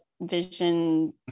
vision